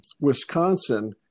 Wisconsin